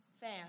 fan